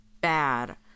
bad